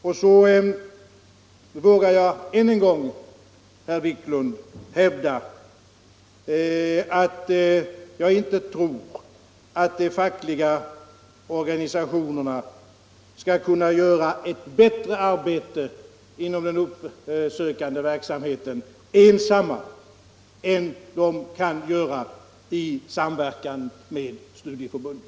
Slutligen vågar jag än en gång hävda, herr Wiklund, att jag inte tror att de fackliga organisationerna ensamma skall kunna göra ett bättre arbete inom den uppsökande verksamheten än de kan göra i samverkan med studieförbunden.